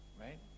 right